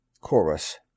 Chorus